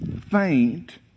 faint